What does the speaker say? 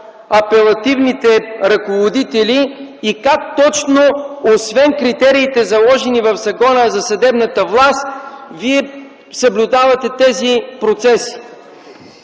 апелативните ръководители и как точно, освен критериите, заложени в Закона за съдебната власт, Вие съблюдавате тези процеси.